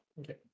Okay